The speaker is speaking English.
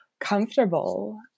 comfortable